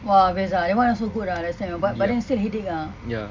!wah! best ah that [one] also good ah but then still headache ah